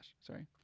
sorry